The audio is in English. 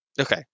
Okay